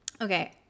Okay